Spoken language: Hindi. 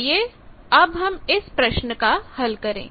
आइए अब हम इस प्रश्न का हल करें